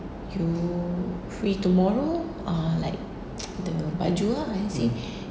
you free tomorrow err like the baju ah I say